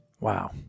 Wow